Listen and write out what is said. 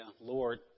Lord